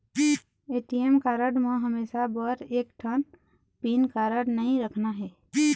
ATM card म हमेशा बर एक ठन पिन काबर नई रखना हे?